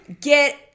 get